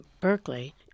Berkeley